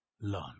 learn